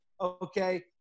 okay